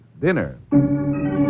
Dinner